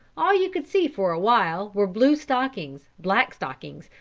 all you could see for a while were blue stockings, black stockings,